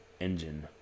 engine